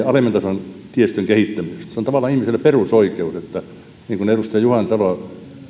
alemman tason tiestön kehittämisestä se on tavallaan ihmiselle perusoikeus niin kuin edustaja juhantalo